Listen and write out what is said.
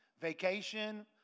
vacation